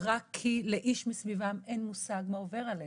רק כי לאיש מסביבם אין מושג מה עובר עליהם,